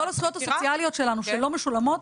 הצעתי שכל הזכויות הסוציאליות שלנו שלא משולמות,